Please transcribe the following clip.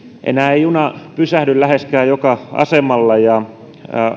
enää ei juna pysähdy läheskään joka asemalla ja